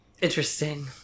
Interesting